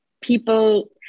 people